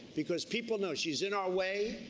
because people know, she's in our way,